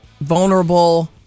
vulnerable